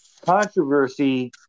controversy